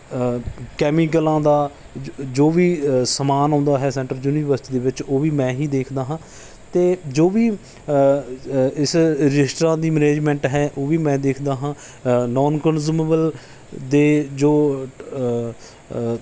ਕੈਮੀਕਲਾਂ ਦਾ ਜ ਜੋ ਵੀ ਸਮਾਨ ਆਉਂਦਾ ਹੈ ਸੈਂਟਰ ਯੂਨੀਵਰਸਿਟੀ ਦੇ ਵਿੱਚ ਉਹ ਵੀ ਮੈਂ ਹੀ ਦੇਖਦਾ ਹਾਂ ਅਤੇ ਜੋ ਵੀ ਇਸ ਰਜਿਸਟਰਾਂ ਦੀ ਮੈਨੇਜਮੈਂਟ ਹੈ ਉਹ ਵੀ ਮੈਂ ਦੇਖਦਾ ਹਾਂ ਨੋਨ ਕਨਜੁਮੇਵੱਲ ਦੇ ਜੋ